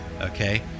Okay